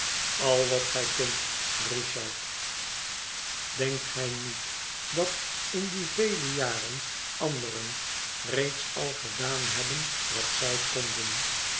al wat gij kunt richard denkt gij niet dat in die vele jaren anderen reeds al gedaan hebben wat zij konden